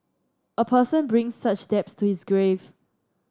a person brings such to his grave